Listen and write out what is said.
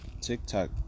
tiktok